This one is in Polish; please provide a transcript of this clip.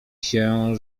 się